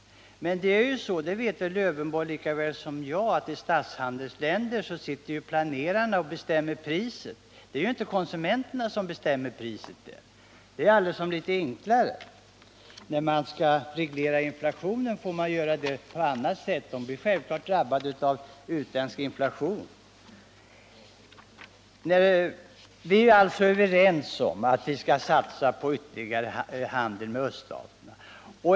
Men i statshandelsländerna, det vet väl Alf Lövenborg lika väl som jag, sitter planerare och bestämmer priserna. Det är inte konsumenterna som gör det. Det är litet enklare på det viset. När man skall reglera inflationen får man göra det på annat sätt. Även dessa länder blir självfallet drabbade av utländsk inflation. Vi är överens om att vi skall satsa på ytterligare handel med öststaterna.